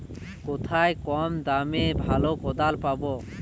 কোথায় কম দামে ভালো কোদাল পাব?